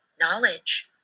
knowledge